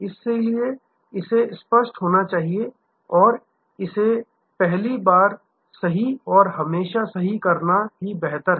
इसलिए इसे स्पष्ट होना चाहिए और इसे पहली बार सही और हमेशा सही करना बेहतर है